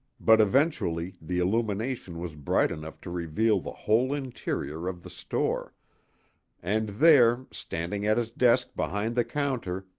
but eventually the illumination was bright enough to reveal the whole interior of the store and there, standing at his desk behind the counter,